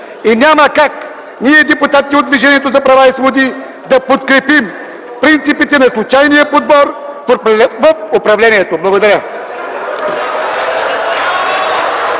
И няма как ние – депутатите от Движението за права и свободи, да подкрепим принципите на случайния подбор в управлението. Благодаря.